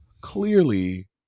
clearly